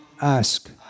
ask